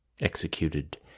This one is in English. executed